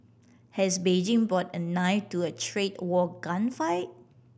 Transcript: has Beijing bought a knife to a trade war gunfight